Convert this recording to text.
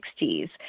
1960s